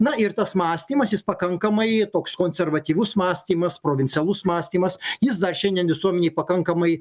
na ir tas mąstymas jis pakankamai toks konservatyvus mąstymas provincialus mąstymas jis dar šiandien visuomenėj pakankamai